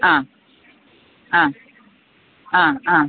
ആ ആ ആ ആ